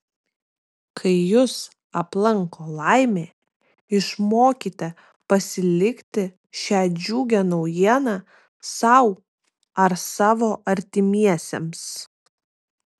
kai jus aplanko laimė išmokite pasilikti šią džiugią naujieną sau ar savo artimiesiems